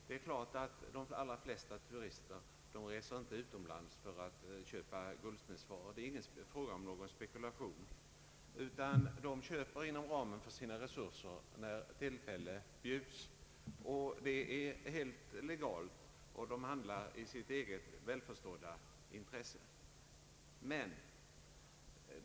De allra flesta turister åker inte utomlands för att köpa guldsmedsvaror på spekulation. De köper inom ramen för sina resurser när tillfälle bjuds. Det är helt legalt, och de handlar i sitt eget välförstådda intresse.